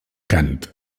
cant